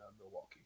Milwaukee